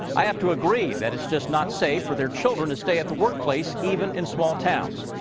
i have to agree, that it's just not safe for their children to stay at the workplace. even in small towns.